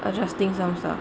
adjusting some stuff